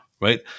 Right